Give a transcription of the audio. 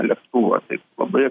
lėktuvą taip labai